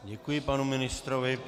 Děkuji panu ministrovi.